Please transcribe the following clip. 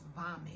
vomit